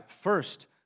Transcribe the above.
first